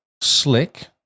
slick